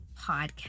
Podcast